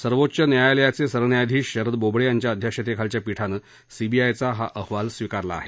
सर्वोच्च न्यायालयाचे सरन्यायाधीश शरद बोबडे यांच्या अध्यक्षतेखालच्या पीठानं सीबीआयचा हा अहवाल स्विकारला आहे